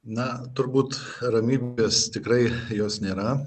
na turbūt ramybės tikrai jos nėra